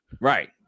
right